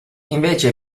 invece